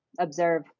Observe